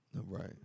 Right